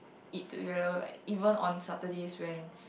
eat together like even on Saturday when